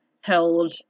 held